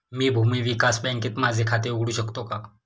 मी भूमी विकास बँकेत माझे खाते उघडू शकतो का?